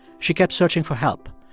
she kept searching for help.